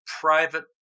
private